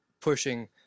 pushing